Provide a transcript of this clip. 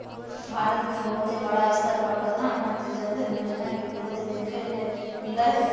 भारत मे बहुत बड़ा स्तर पर प्रधानमंत्री जन धन योजना के विरोध देखे ले मिललय हें